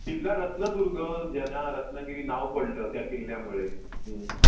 किल्ला रत्नदुर्ग ज्यांना रत्नागिरी नाव पडलं त्या किल्ल्यामुळे